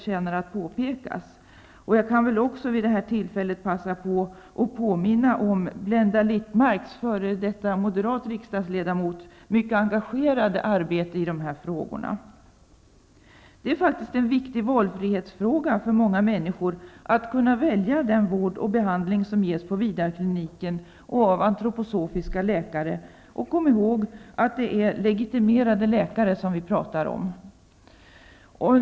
Jag kan passa på att påminna om att Blenda Littmarck, f.d. moderat riksdagsledamot, gjorde ett mycket engagerat arbete i dessa frågor. Det är en viktig valfrihetsfråga för många människor att kunna välja den vård och behandling som ges på Vidarkliniken och av antroposofiska läkare. Kom ihåg att det är legitimerade läkare vi talar om.